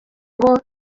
ngo